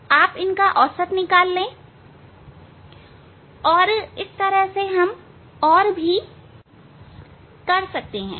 तो आप इसका औसत निकाल ले तो इस तरह से हम और भी कर सकते हैं